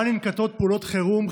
שבה ננקטות פעולות חירום,